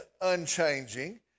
unchanging